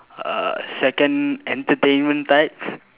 uh second entertainment types